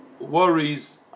worries